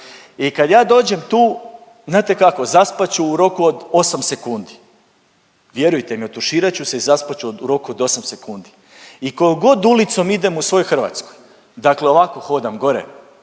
i kad ja dođem tu znate kako, zaspat ću u roku od 8 sekundi, vjerujte mi, otuširat ću se i zaspat ću u roku od 8 sekundi i kojom god ulicom idemo u svojoj Hrvatskoj, dakle ovako hodam gore,